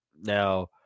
now